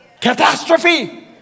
Catastrophe